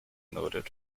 noted